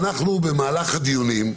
ואנחנו במהלך הדיונים,